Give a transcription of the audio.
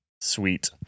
sweet